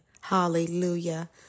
hallelujah